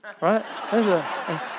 right